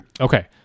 Okay